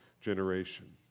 generation